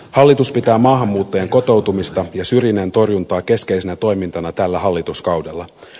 hallitus pitää maahanmuuttajien kotoutumista ja syrjinnän torjuntaa keskeisenä toimintana tällä hallituskaudella